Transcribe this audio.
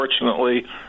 Unfortunately